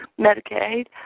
Medicaid